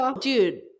Dude